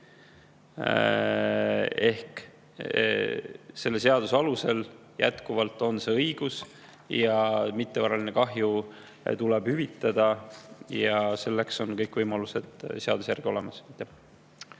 Selle seaduse alusel on jätkuvalt see õigus, mittevaraline kahju tuleb hüvitada. Selleks on kõik võimalused seaduse järgi olemas.